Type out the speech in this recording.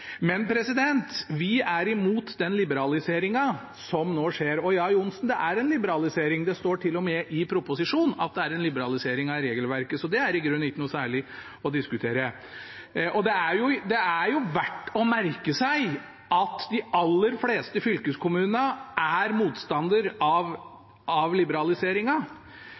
Men vi er imot den liberaliseringen som nå skjer. Ja, Johnsen, det er en liberalisering. Det står til og med i proposisjonen at det er en liberalisering av regelverket, så det er i grunnen ikke noe særlig å diskutere. Det er verdt å merke seg at de aller fleste fylkeskommunene er motstandere av liberaliseringen. Også viktige fagorganisasjoner og andre, f.eks. Kollektivtrafikkforeningen, som er en sammenslutning av